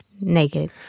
Naked